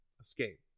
escape